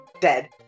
dead